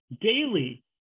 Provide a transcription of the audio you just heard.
daily